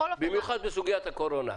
במיוחד בסוגית הקורונה.